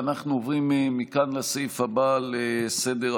אנחנו עוברים מכאן לסעיף הבא על סדר-היום: